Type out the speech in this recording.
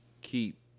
keep